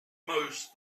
most